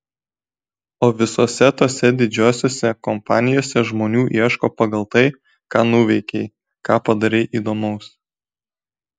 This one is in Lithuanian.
o visose tose didžiosiose kompanijose žmonių ieško pagal tai ką nuveikei ką padarei įdomaus